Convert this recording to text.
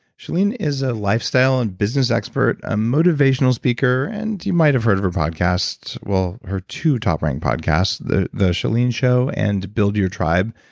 chalene is a lifestyle and business expert, a motivational speaker, and you might have heard of her podcast. well, her two top ranked podcasts, the the chalene show and build your tribe,